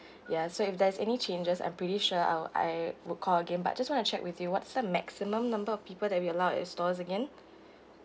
ya so if there's any changes I'm pretty sure I'll I will call again but just want to check with you what's the maximum number of people that we allow at stores again